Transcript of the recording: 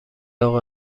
اقا